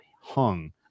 hung